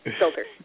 filter